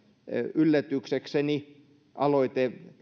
yllätyksekseni tämä aloite